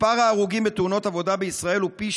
מספר ההרוגים בתאונות עבודה בישראל הוא פי